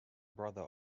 brother